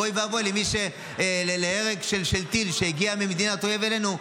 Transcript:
ואוי ואבוי להרג מטיל שהגיע ממדינת אויב אלינו.